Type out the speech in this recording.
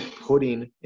putting